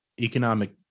economic